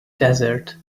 desert